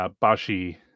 Bashi